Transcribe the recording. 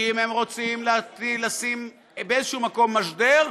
אם רוצים לשים באיזשהו מקום משדר,